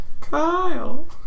Kyle